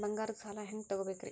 ಬಂಗಾರದ್ ಸಾಲ ಹೆಂಗ್ ತಗೊಬೇಕ್ರಿ?